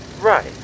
Right